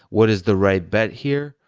what is the right bet here?